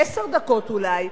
עשר דקות אולי,